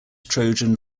trojan